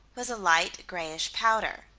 was a light grayish powder.